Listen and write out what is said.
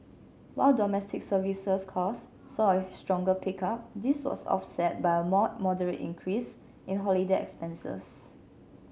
while domestic services cost saw a stronger pickup this was offset by a more moderate increase in holiday expenses